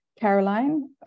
Caroline